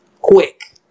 quick